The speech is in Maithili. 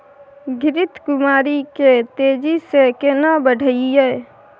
घृत कुमारी के तेजी से केना बढईये?